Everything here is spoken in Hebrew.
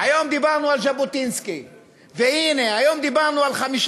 היום דיברנו על ז'בוטינסקי,